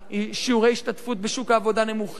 שיעורי ההשתתפות בשוק העבודה נמוכים,